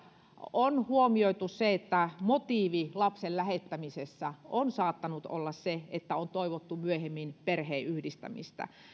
on huomioitu se että motiivi lapsen lähettämisessä on saattanut olla se että on toivottu myöhemmin perheenyhdistämistä